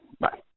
Bye